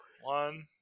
One